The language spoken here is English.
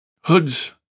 Hood's